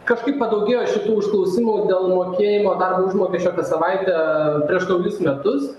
kažkaip padaugėjo šitų užklausimų dėl mokėjimo darbo užmokesčio kas savaitę prieš naujus metus